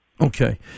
Okay